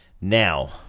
Now